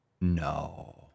No